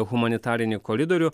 humanitarinį koridorių